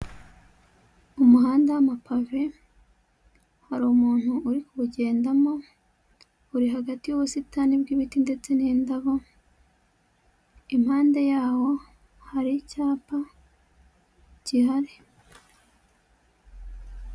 Umuhanda w'amapave, hari umuntu uri kuwugendamo, uri hagati y'ubusitani bw'biti ndetse n'indabo, impande yawo hari icyapa gihari.